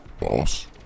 boss